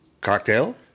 Cocktail